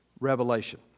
revelation